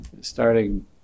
starting